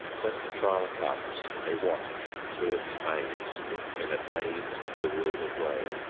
when the trial comes, they watch through its maze in a dazed, bewildered way.